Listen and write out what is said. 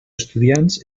estudiants